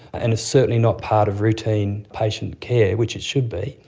and it's certainly not part of routine patient care, which it should be.